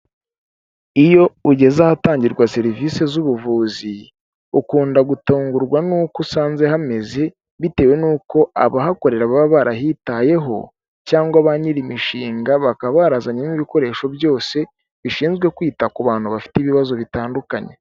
Iyo ugeze ahatangirwa serivisi z'ubuvuzi ukunda gutungurwa n'uko usanze hameze bitewe n'uko abahakorera baba barahitayeho, cyangwa ba nyir'imishinga bakaba barazanyemo ibikoresho byose, bishinzwe kwita ku bantu bafite ibibazo bitandukanye.